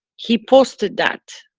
he posted that,